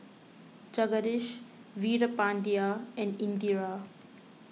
Jagadish Veerapandiya and Indira